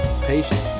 Patient